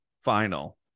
final